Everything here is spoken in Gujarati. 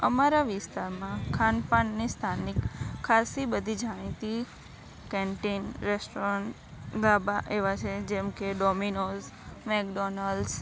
અમારા વિસ્તારમાં ખાનપાનની સ્થાનિક ખાસી બધી જાણીતી કેન્ટીન રેસ્ટોરન્ટ ધાબા એવાં છે કે જેમ કે ડોમીનોઝ મેકડોનલ્સ